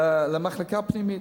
למחלקה הפנימית.